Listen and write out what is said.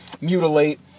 Mutilate